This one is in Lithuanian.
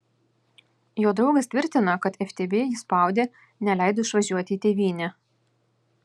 jo draugas tvirtina kad ftb jį spaudė neleido išvažiuoti į tėvynę